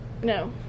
No